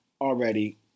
already